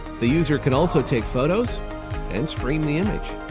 the user can also take photos and stream the image.